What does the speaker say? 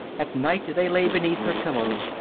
at night they lay beneath her pillow.